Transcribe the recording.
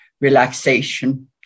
relaxation